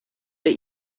but